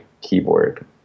keyboard